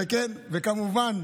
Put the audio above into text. וכמובן,